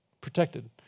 protected